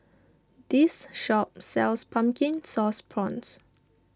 this shop sells Pumpkin Sauce Prawns